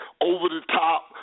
over-the-top